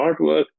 artwork